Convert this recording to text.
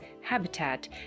habitat